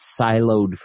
siloed